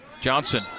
Johnson